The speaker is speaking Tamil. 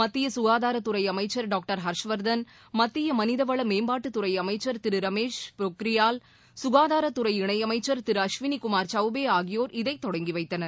மத்திய சுகாதாரத்துறை அமைச்சர் டாக்டர் ஹர்ஷ்வர்தன் மத்திய மனிதவள மேம்பாட்டுத்துறை அமைச்சர் திரு ரமேஷ் பொக்ரியால் ககாதாரத்துறை இணையமைச்சர் திரு அஷ்வினிகுமார் சௌபே ஆகியோர்இதைத் தொடங்கி வைத்தனர்